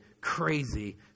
crazy